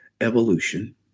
evolution